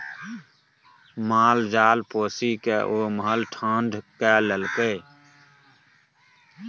माल जाल पोसिकए ओ महल ठाढ़ कए लेलकै